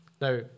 Now